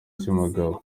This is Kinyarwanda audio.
cy’umugabo